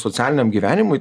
socialiniam gyvenimui